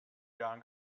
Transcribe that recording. john